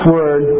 Word